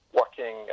working